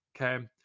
Okay